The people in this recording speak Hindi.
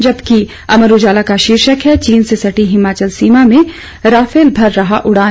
जबकि अमर उजाला का शीर्षक है चीन से सटी हिमाचल सीमा में राफेल भर रहा उड़ान